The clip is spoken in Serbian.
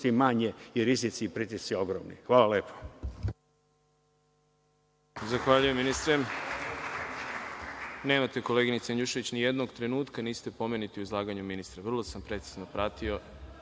manje, rizici i pritisci ogromni. Hvala lepo.